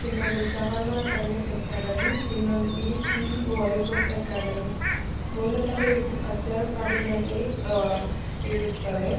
ಇನ್ನೊಂದು Sahana tennis academy ಇನ್ನೊಂದು A C E volleyball academy ಮೂಲತಃ ಇವು ಅಜ್ಜರಕಾಡಿನಲ್ಲಿ ಇರುತ್ತವೆ